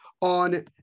on